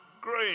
great